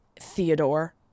Theodore